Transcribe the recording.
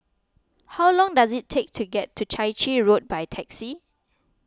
how long does it take to get to Chai Chee Road by taxi